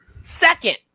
Second